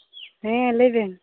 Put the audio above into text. ᱦᱮᱸ ᱞᱟᱹᱭᱵᱮᱱ